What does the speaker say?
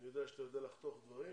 כי אני יודע שאתה יודע לחתוך דברים,